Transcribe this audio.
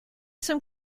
some